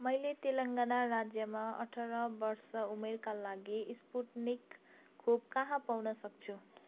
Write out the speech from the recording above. मैले तेलङ्गाना राज्यमा अठार वर्ष उमेरका लागि स्पुत्निक खोप कहाँ पाउनसक्छु